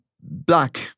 black